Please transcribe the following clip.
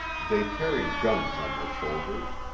they carried guns on their shoulders,